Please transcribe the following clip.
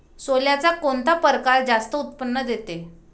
सोल्याचा कोनता परकार जास्त उत्पन्न देते?